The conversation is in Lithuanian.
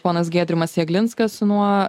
ponas giedrimas jeglinskas nuo